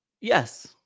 Yes